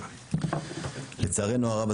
לצערנו הרב,